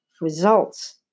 Results